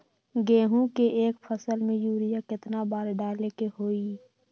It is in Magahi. गेंहू के एक फसल में यूरिया केतना बार डाले के होई?